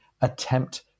attempt